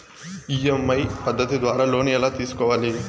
EMI పద్ధతి ద్వారా loan ఎలా తీసుకోవాలి